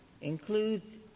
includes